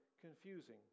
confusing